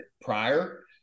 prior